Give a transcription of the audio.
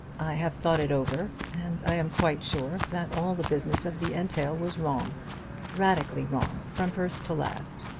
i have thought it over, and i am quite sure that all the business of the entail was wrong radically wrong from first to last.